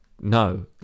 No